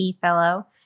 fellow